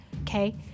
okay